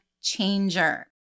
changer